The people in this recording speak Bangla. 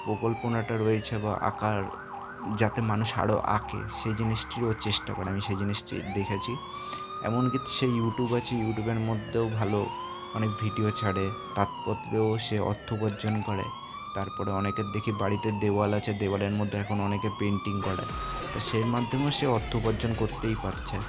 প্রকল্পনাটা রয়েছে বা আঁকার যাতে মানুষ আরও আঁকে সে জিনিসটিরও চেষ্টা করে আমি সে জিনিসটি দেখেছি এমনকি সে ইউটিউব আছে ইউটিউবের মধ্যেও ভালো অনেক ভিডিও ছাড়ে তাতপত তো সে অর্থ উপার্জন করে তার পরে অনেকের দেখি বাড়িতে দেওয়াল আছে দেওয়ালের মধ্যে এখন অনেকে পেন্টিং করায় তা সের মাধ্যমেও সে অর্থ উপার্জন করতেই পারছে